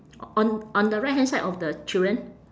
o~ on on the right hand side of the children